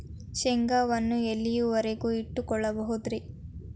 ಶೇಂಗಾವನ್ನು ಎಲ್ಲಿಯವರೆಗೂ ಇಟ್ಟು ಕೊಳ್ಳಬಹುದು ರೇ?